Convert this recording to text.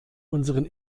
unseren